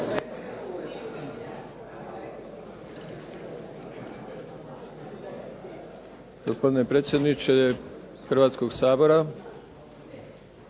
Hvala vam.